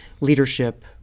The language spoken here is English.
leadership